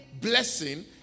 blessing